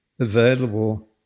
available